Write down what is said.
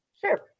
Sure